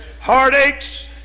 Heartaches